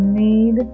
need